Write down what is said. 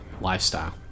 lifestyle